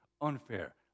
unfair